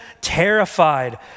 terrified